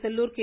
Sellur K